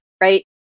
right